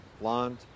blonde